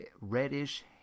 reddish